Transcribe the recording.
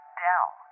dell